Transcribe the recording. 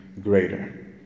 greater